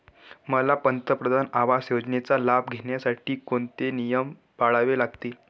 मला पंतप्रधान आवास योजनेचा लाभ घेण्यासाठी कोणते नियम पाळावे लागतील?